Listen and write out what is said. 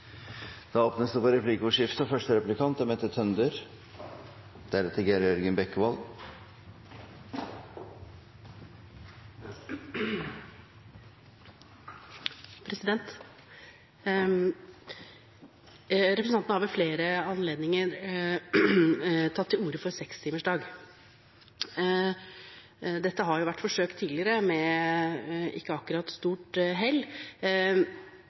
Det blir replikkordskifte. Representanten Bergstø har ved flere anledninger tatt til orde for 6-timersdag. Det har vært forsøkt tidligere, med ikke akkurat stort hell.